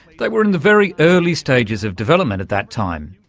they were in the very early stages of development at that time,